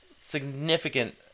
Significant